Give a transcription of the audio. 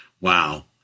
Wow